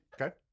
Okay